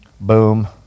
Boom